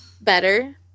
better